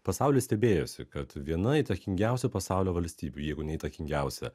pasaulis stebėjosi kad viena įtakingiausių pasaulio valstybių jeigu ne įtakingiausia